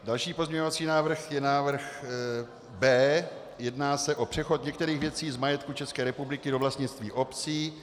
Další pozměňovací návrh je návrh B, jedná se o přechod některých věcí z majetku České republiky do vlastnictví obcí.